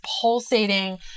pulsating